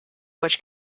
which